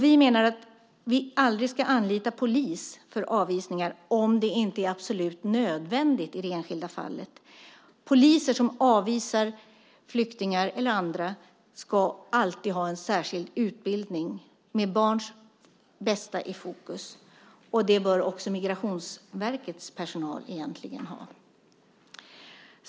Vi menar att man aldrig ska anlita polis för avvisningar om det inte är absolut nödvändigt i det enskilda fallet. Poliser som avvisar flyktingar eller andra ska alltid ha en särskild utbildning, med barns bästa i fokus. Det bör också Migrationsverkets personal ha.